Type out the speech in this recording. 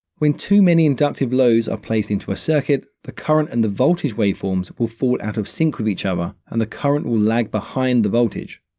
when too many inductive loads are placed into a circuit, the current and the voltage waveforms will fall out of sync with each other and the current will lag behind the voltage.